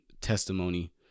testimony